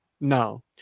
No